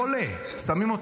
שם?